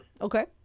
Okay